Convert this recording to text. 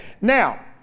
now